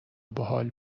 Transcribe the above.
باحال